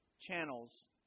channels